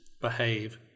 behave